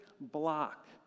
block